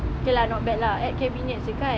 okay lah not bad lah add cabinets jer kan